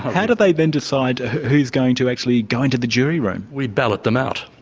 how do they then decide who's going to actually go into the jury room? we ballot them out.